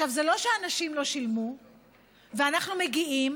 זה לא שאנשים לא שילמו ואנחנו מגיעים